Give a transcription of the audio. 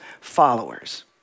followers